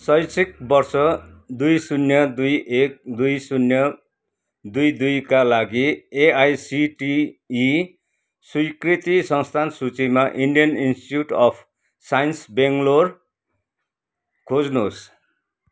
शैक्षिक वर्ष दुई शून्य दुई एक दुई शून्य दुई दुइका लागि एआइसिटिई स्वीकृिति संस्थान सूचीमा Indian institute of science Bangalore खोज्नुहोस्